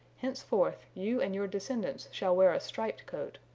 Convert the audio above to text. henceforth you and your descendants shall wear a striped coat,